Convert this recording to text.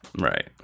right